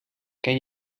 ken